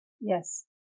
Yes